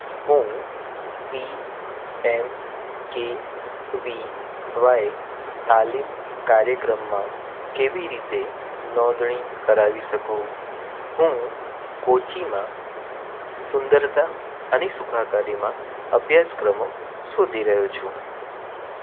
હું પીએમકેવીવાય તાલીમ કાર્યક્રમમાં કેવી રીતે નોંધણી કરાવી શકું હું કોચીમાં સુંદરતા અને સુખાકારીમાં અભ્યાસક્રમો શોધી રહ્યો છું